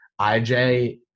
IJ